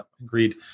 Agreed